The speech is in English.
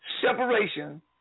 separation